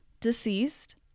deceased